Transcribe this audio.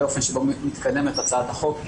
באופן שבו מתקדמת הצעת החוק,